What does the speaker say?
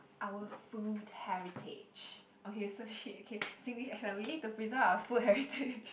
our food heritage okay so shit okay Singlish accent we need to preserve our food heritage